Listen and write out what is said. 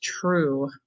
true